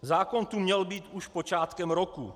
Zákon tu měl být už počátkem roku.